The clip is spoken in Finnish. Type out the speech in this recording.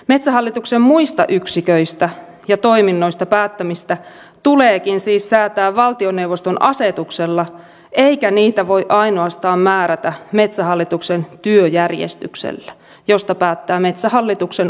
metsähallituksen muista yksiköistä ja toiminnoista päättämistä tuleekin siis säätää valtioneuvoston asetuksella eikä niitä voi ainoastaan määrätä metsähallituksen työjärjestyksellä josta päättää metsähallituksen oma hallitus